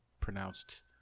pronounced